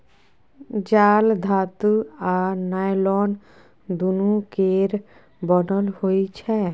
जाल धातु आ नॉयलान दुनु केर बनल होइ छै